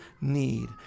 need